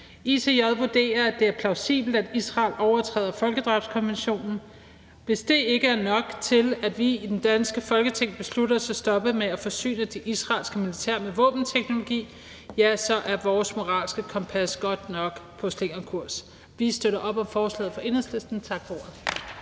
ICJ vurderer, at det er plausibelt, at Israel overtræder folkedrabskonventionerne. Hvis det ikke er nok til, at vi i det danske Folketing beslutter os for at stoppe med at forsyne det israelske militær med våbenteknologi, så er vores moralske kompas godt nok på slingrekurs. Vi slutter op om forslaget fra Enhedslisten. Tak for ordet.